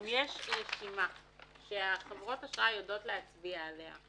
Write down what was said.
אם יש רשימה שחברות האשראי יודעות להצביע עליה,